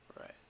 Right